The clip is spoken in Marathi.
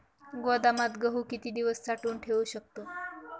गोदामात गहू किती दिवस साठवून ठेवू शकतो?